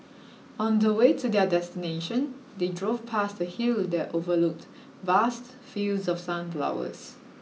on the way to their destination they drove past a hill that overlooked vast fields of sunflowers